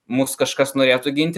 mus kažkas norėtų ginti